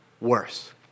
worse